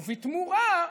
ובתמורה,